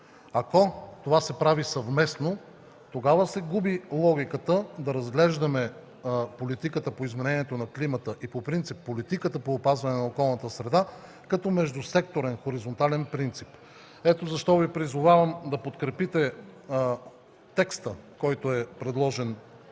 Ако това се прави съвместно, тогава се губи логиката да разглеждаме политиката по изменението на климата и по принцип политиката по опазване на околната среда като междусекторен хоризонтален принцип. Ето защо Ви призовавам да подкрепите текста, който е на